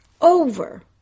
over